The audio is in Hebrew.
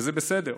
וזה בסדר,